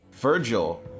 Virgil